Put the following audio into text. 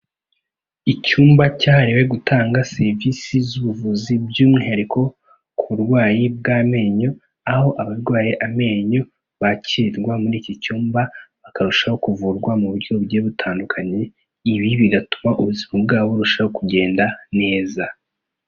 Icyumba cyahariwe gutanga serivisi z'ubuvuzi by'umwihariko ku burwayi bw'amenyo, aho abarwaye amenyo bakirwa muri iki cyumba bakarushaho kuvurwa mu buryo bugiye butandukanye, ibi bigatuma ubuzima bwabo burushaho kugenda neza.